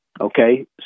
Okay